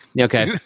Okay